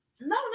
no